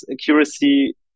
accuracy